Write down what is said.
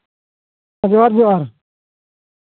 ᱡᱚᱦᱟᱨ ᱡᱚᱦᱟᱨ